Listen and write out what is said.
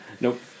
Nope